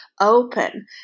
open